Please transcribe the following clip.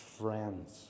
friends